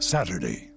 Saturday